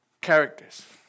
characters